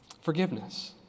forgiveness